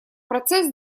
процесс